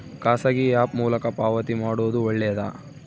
ಖಾಸಗಿ ಆ್ಯಪ್ ಮೂಲಕ ಪಾವತಿ ಮಾಡೋದು ಒಳ್ಳೆದಾ?